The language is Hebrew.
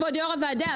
כבוד יו"ר הוועדה,